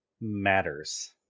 matters